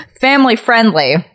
family-friendly